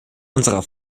unserer